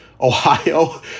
Ohio